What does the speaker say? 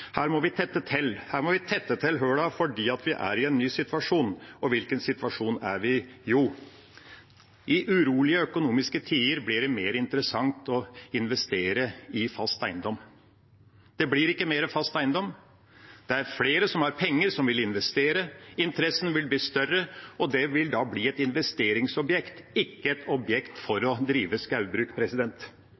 Her må vi tette hullene, for vi er i en ny situasjon. Og hvilken situasjon er vi i? Jo, i urolige økonomiske tider blir det mer interessant å investere i fast eiendom. Det blir ikke mer fast eiendom. Det er flere som har penger, som vil investere. Interessen vil bli større, og det vil da bli et investeringsobjekt, ikke et objekt for å drive